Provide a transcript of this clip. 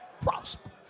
prosper